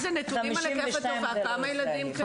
נתונים על היקף התופעה, כמה ילדים.